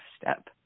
step